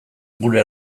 gure